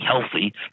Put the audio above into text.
healthy